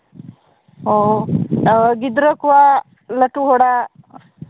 ᱜᱤᱫᱽᱨᱟᱹ ᱠᱚᱣᱟᱜ ᱞᱟᱹᱴᱩ ᱦᱚᱲᱟᱜ